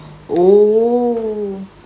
oh